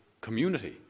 community